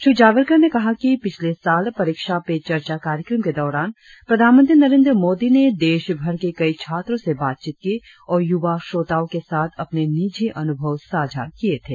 श्री जावड़ेकर ने कहा कि पिछले साल परीक्षा पे चर्चा कार्यक्रम के दौरान प्रधानमंत्री नरेंद्र मोदी ने देशभर के कई छात्रों से बातचीत की और युवा श्रोताओं के साथ अपने निजी अनुभव साझा किए थे